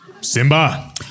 Simba